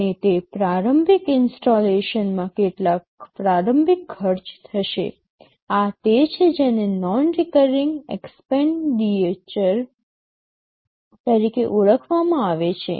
અને તે પ્રારંભિક ઇન્સ્ટોલેશનમાં કેટલાક પ્રારંભિક ખર્ચ થશે આ તે છે જેને નોન રિકરિંગ એક્સ્પેનડીચર તરીકે ઓળખવામાં આવે છે